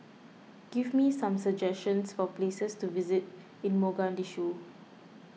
give me some suggestions for places to visit in Mogadishu